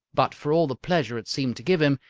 but, for all the pleasure it seemed to give him,